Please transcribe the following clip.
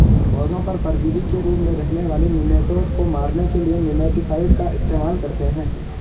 पौधों पर परजीवी के रूप में रहने वाले निमैटोड को मारने के लिए निमैटीसाइड का इस्तेमाल करते हैं